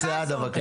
חה"כ סעדה, בבקשה.